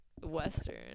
western